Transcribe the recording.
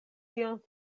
tion